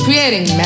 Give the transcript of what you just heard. creating